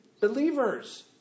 believers